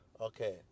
okay